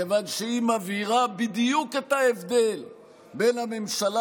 מכיוון שהיא מבהירה בדיוק את ההבדל בין הממשלה